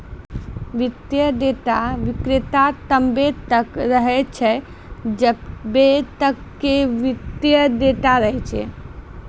वित्तीय डेटा विक्रेता तब्बे तक रहै छै जब्बे तक कि वित्तीय डेटा रहै छै